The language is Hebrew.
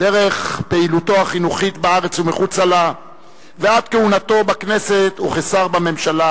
דרך פעילותו החינוכית בארץ ומחוצה לה ועד כהונתו בכנסת וכשר בממשלה,